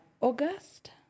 August